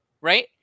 right